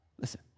Listen